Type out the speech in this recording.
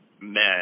men